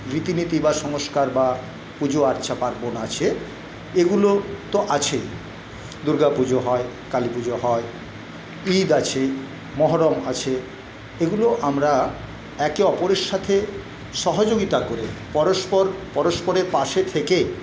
রীতি নীতি বা সংস্কার বা পুজো আচ্চা পার্বন আছে এগুলো তো আছেই দুর্গাপুজো হয় কালীপুজো হয় ঈদ আছে মহরম আছে এগুলো আমরা একে অপরের সাথে সহযোগিতা করে পরস্পর পরস্পরের পাশে থেকে